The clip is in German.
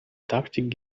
taktik